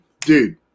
dude